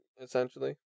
essentially